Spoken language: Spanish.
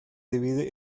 divide